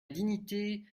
dignité